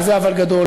וזה אבל גדול,